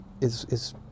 is—is